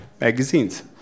magazines